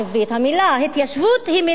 המלה התיישבות היא מלה טבעית.